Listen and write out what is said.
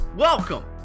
Welcome